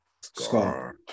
Scar